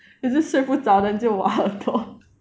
is it 睡不着 then 就挖